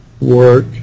work